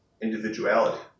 individuality